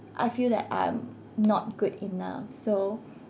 I feel that I'm not good enough so